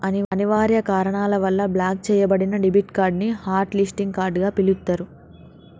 అనివార్య కారణాల వల్ల బ్లాక్ చెయ్యబడిన డెబిట్ కార్డ్ ని హాట్ లిస్టింగ్ కార్డ్ గా పిలుత్తరు